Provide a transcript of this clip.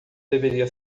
deveria